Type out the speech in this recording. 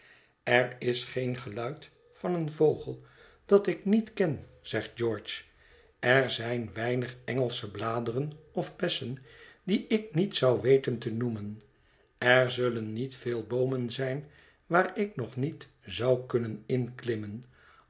er is geen geluid van een vogel dat ik niet ken zegt george er zijn weinig engelsche bladeren of bessen die ik niet zou weten te noemen er zullen niet veel boomen zijn waar ik nog niet zou kunnen inklimmen